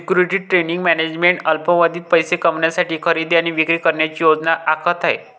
securities trading management अल्पावधीत पैसे कमविण्यासाठी खरेदी आणि विक्री करण्याची योजना आखत आहे